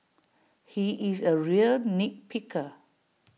he is A real nit picker